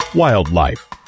Wildlife